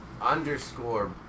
underscore